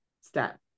step